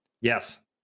Yes